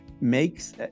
makes